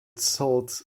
sault